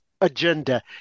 agenda